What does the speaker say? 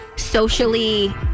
socially